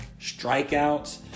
strikeouts